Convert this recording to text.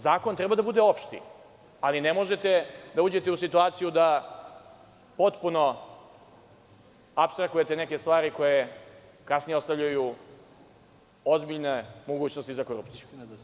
Zakon treba da bude opšti, ali ne možete da uđete u situaciju da potpuno apstrahujete neke stvari koje kasnije ostavljaju ozbiljne mogućnosti za korupciju.